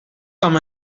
com